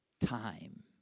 time